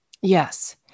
Yes